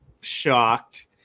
shocked